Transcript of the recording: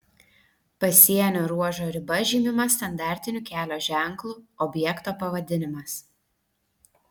pasienio ruožo riba žymima standartiniu kelio ženklu objekto pavadinimas